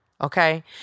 Okay